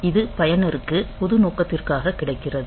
இது பயனருக்கு பொது நோக்கத்திற்காக கிடைக்கிறது